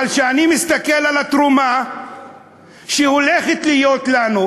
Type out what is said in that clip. אבל כשאני מסתכל על התרומה שהולכת להיות לנו,